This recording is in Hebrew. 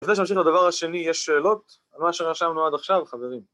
‫לפני שנמשיך לדבר השני, ‫יש שאלות על מה שרשמנו עד עכשיו, חברים?